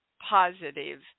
positive